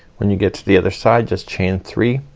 when you get to the other side just chain three,